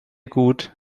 gut